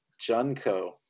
Junco